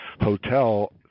hotel